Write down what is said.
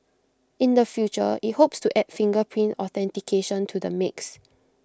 in the future IT hopes to add fingerprint authentication to the mix